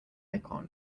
icon